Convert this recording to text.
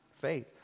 faith